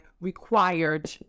required